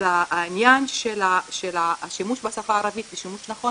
אז העניין של השימוש בשפה הערבית ושימוש נכון